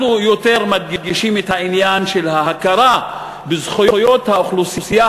אנחנו יותר מדגישים את העניין של ההכרה בזכויות האוכלוסייה